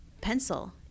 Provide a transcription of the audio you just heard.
pencil